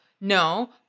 no